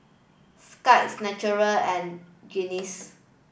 Skittles Naturel and Guinness